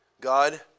God